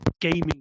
gaming